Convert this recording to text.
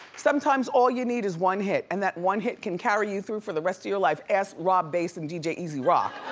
sometimes all you need is one hit, and that one hit can carry you through for the rest of your life, ask rob base and dj e dj e z rock.